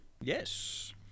yes